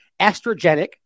estrogenic